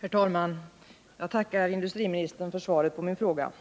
Herr talman! Jag tackar industriministern för svaret på min fråga.